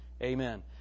amen